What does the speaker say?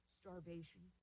starvation